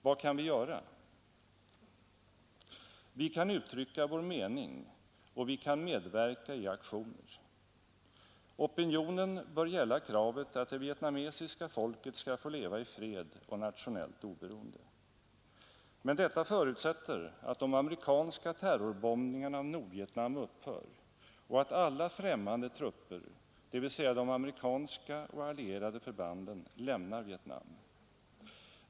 Vad kan vi göra? Vi kan uttrycka vår mening och vi kan medverka i aktioner. Opinionen bör gälla kravet att det vietnamesiska folket skall få leva i fred och nationellt oberoende. Men detta förutsätter att de amerikanska terrorbombningarna av Nordvietnam upphör och att alla främmande trupper, dvs. de amerikanska och allierade förbanden, lämnar Vietnam.